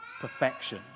perfection